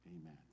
amen